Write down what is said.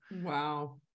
wow